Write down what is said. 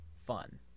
fun